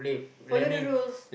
follow the rules